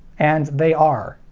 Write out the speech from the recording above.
and they are.